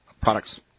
products